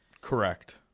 Correct